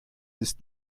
ist